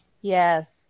Yes